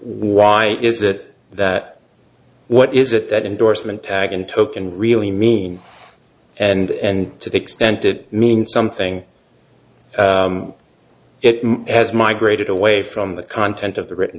why is it that what is it that endorsement tag and token really mean and to the extent it means something it has migrated away from the content of the written